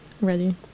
ready